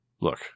Look